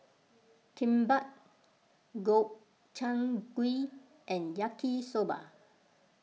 Kimbap Gobchang Gui and Yaki Soba